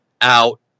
out